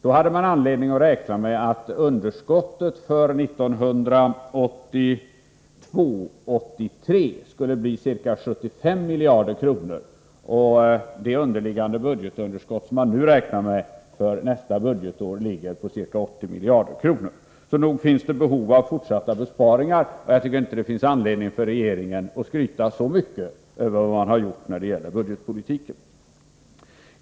Då hade man anledning att räkna med att underskottet för 1982/83 skulle bli ca 75 miljarder kronor, och det underliggande budgetunderskott som man nu räknar med för nästa budgetår ligger på ca 80 miljarder kronor. Det finns alltså behov av fortsatta besparingar, och därför tycker jag inte att regeringen har anledning att skryta så mycket över vad man har gjort när det gäller budgetpolitiken.